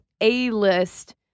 A-list